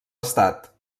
estat